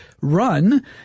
run